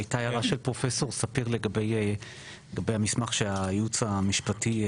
הייתה הערה של פרופסור ספיר לגבי המסמך שהייעוץ המשפטי,